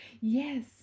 Yes